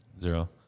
Zero